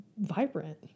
vibrant